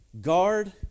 Guard